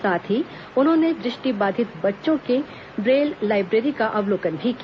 साथ ही उन्होंने दृष्टि बाधित बच्चों के ब्रेल लाइब्रेरी का अवलोकन भी किया